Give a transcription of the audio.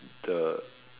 the